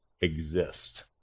Exist